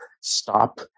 stop